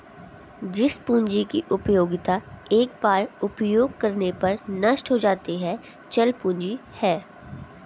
जिस पूंजी की उपयोगिता एक बार उपयोग करने पर नष्ट हो जाती है चल पूंजी है